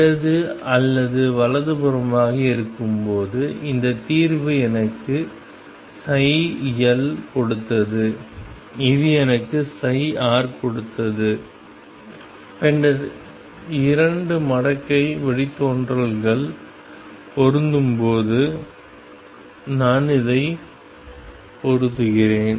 இடது அல்லது வலதுபுறமாக இருக்கும்போது இந்த தீர்வு எனக்கு L கொடுத்தது இது எனக்கு R கொடுத்தது பின்னர் இரண்டு மடக்கை வழித்தோன்றல்கள் பொருந்தும்போது நான் இதை பொருத்துகிறேன்